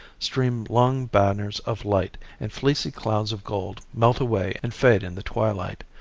stream long banners of light, and fleecy clouds of gold melt away and fade in the twilight.